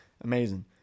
amazing